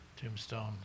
tombstone